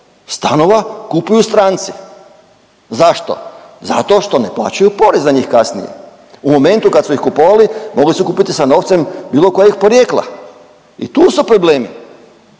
stanova kupuju stranci. Zašto? Zato što ne plaćaju porez na njih kasnije. U momentu kad su ih kupovali mogli su kupiti sa novcem bilo koje porijekla. I tu su problemi.